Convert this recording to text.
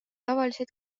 tavaliselt